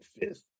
fifth